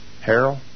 Harold